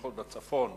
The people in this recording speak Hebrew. בייחוד בצפון,